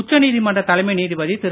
உச்ச நீதிமன்ற தலைமை நீதிபதி திரு